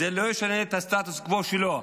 זה לא ישנה את הסטטוס קוו שלו.